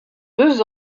deux